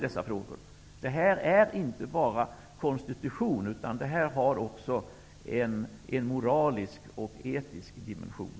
Det här har inte bara en konstitutionell utan också en moralisk och etisk dimension.